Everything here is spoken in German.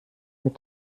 mit